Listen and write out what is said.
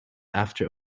after